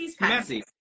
messy